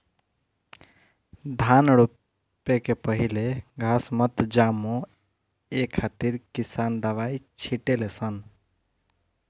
धान रोपे के पहिले घास मत जामो ए खातिर किसान दवाई छिटे ले सन